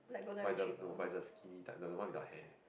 but its the no but its the skinny type the the one without hair